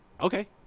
Okay